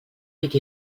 pit